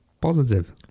positive